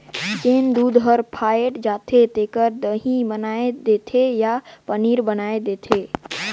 जेन दूद हर फ़ायट जाथे तेखर दही बनाय देथे या पनीर बनाय देथे